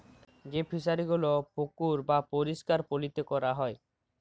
যেই ফিশারি গুলো পুকুর বাপরিষ্কার পালিতে ক্যরা হ্যয়